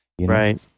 Right